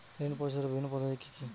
ঋণ পরিশোধের বিভিন্ন পদ্ধতি কি কি?